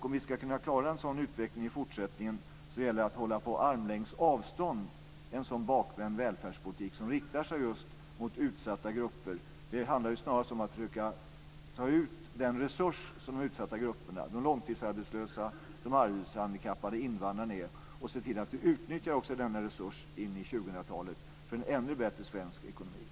Om vi ska klara en sådan utveckling i fortsättningen gäller det att hålla på armlängds avstånd en sådan bakvänd välfärdspolitik som riktar sig just mot utsatta grupper. Det handlar snarast om att försöka ta vara på den resurs som de utsatta grupperna är - de långtidsarbetslösa, de arbetshandikappade och invandrarna - och se till att utnyttja denna resurs in i 2000-talet för en ännu bättre svensk ekonomi.